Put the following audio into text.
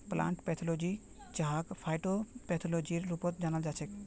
plant pathology जहाक फाइटोपैथोलॉजीर रूपतो जानाल जाछेक